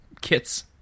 kits